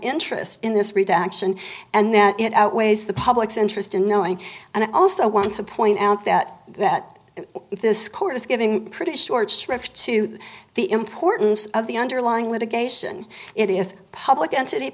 interest in this retraction and that it outweighs the public's interest in knowing and i also want to point out that that this court is giving pretty short shrift to the importance of the underlying litigation it is a public entity